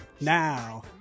Now